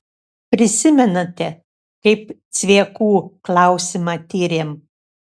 prisimenate kaip cviekų klausimą tyrėm